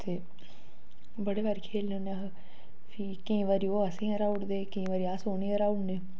ते बड़े बारी खेलने होन्ने अस केईं बारी ओह् असें हराउड़दे केईं बारी अस उ'नें ई हराऊड़ने